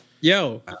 Yo